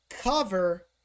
cover